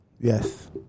Yes